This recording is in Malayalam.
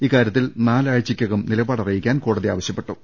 ഇക്കാരൃത്തിൽ നാലാഴ്ചയ്ക്കകം നില പാടറിയിക്കാൻ കോടതി ആവശ്യപ്പെട്ടു